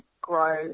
grow